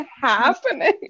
happening